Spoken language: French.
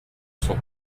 son